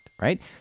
right